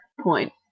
point